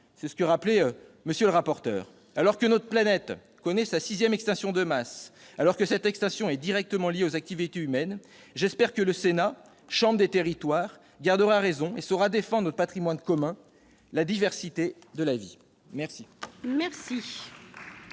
comme le soulignait M. le rapporteur. Alors que notre planète connaît sa sixième extinction de masse, laquelle est directement liée aux activités humaines, j'espère que le Sénat, chambre des territoires, gardera raison et saura défendre notre patrimoine commun, la diversité de la vie. La